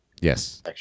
Yes